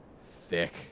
Thick